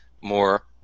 more